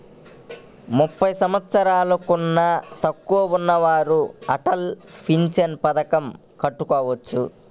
ముప్పై సంవత్సరాలకన్నా తక్కువ ఉన్నవారు అటల్ పెన్షన్ పథకం కట్టుకోవచ్చా?